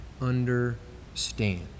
understand